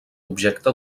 objecte